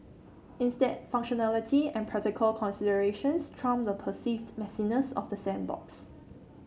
instead functionality and practical considerations trump the perceived messiness of the sandbox